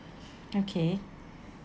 okay